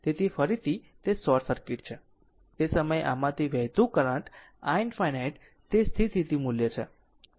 તેથી ફરીથી તે શોર્ટ સર્કિટ છે તે સમયે આમાંથી વહેતું કરંટ i ∞ તે સ્થિર સ્થિતિ મૂલ્ય છે